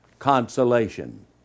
consolation